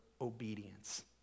obedience